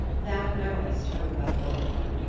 thou knowst, o well-loved one,